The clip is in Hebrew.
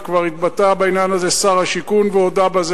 וכבר התבטא בעניין הזה שר השיכון והודה בזה,